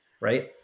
right